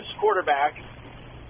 quarterback